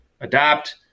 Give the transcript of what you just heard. adapt